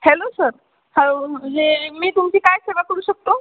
hello sir हो म्हणजे मी तुमची काय सेवा करू शकतो